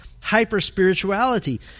Hyper-spirituality